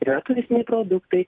ir yra turistiniai produktai